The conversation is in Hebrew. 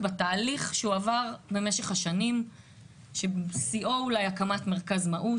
בתהליך שהוא עבר במשך השנים ששיאו הוא אולי הקמת מרכז מהו"ת,